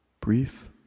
Brief